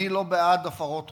אני לא בעד הפרות חוק.